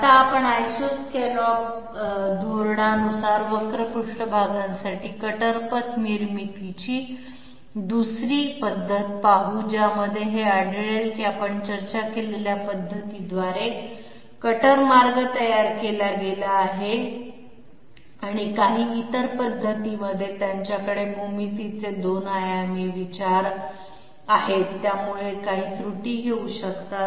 आता आपण iso scallop धोरणानुसार वक्र पृष्ठभागांसाठी कटर पथ निर्मितीची दुसरी पद्धत पाहू ज्यामध्ये हे आढळले की आपण चर्चा केलेल्या पद्धतीद्वारे कटर मार्ग तयार केला गेला आहे आणि काही इतर पद्धतींमध्ये त्यांच्याकडे भूमितीचे 2 आयामी विचार आहेत ज्यामुळे काही त्रुटी येऊ शकतात